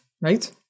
right